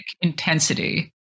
intensity